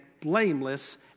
blameless